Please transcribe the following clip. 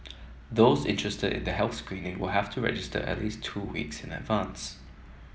those interested in the health screening will have to register at least two weeks in advance